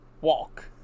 walk